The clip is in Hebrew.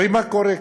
הרי מה קורה כאן?